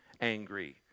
angry